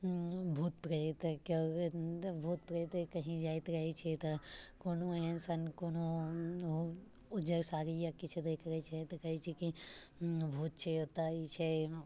भूत प्रेतके भूत प्रेत कहीँ जाइत रहै छै तऽ कोनो एहन सन कोनो उज्जर साड़ी या किछु देख लै छै तऽ कहै छै कि भूत छै ओतय ई छै